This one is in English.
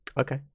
Okay